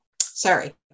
sorry